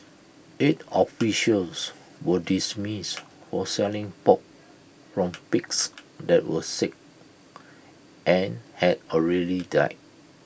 eight officials were dismissed for selling pork from pigs that were sick and had already died